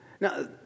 Now